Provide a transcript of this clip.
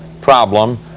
problem